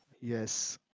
Yes